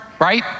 right